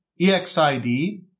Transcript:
EXID